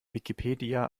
wikipedia